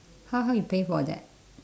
how how you pay for that